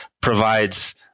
provides